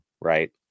right